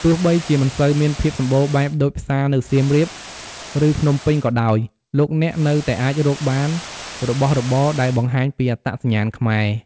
ទោះបីជាមិនសូវមានភាពសម្បូរបែបដូចផ្សារនៅសៀមរាប ឬភ្នំពេញក៏ដោយ លោកអ្នកនៅតែអាចរកបានរបស់របរដែលបង្ហាញពីអត្តសញ្ញាណខ្មែរ។